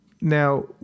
Now